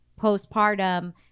postpartum